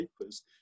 papers